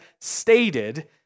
stated